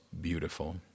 beautiful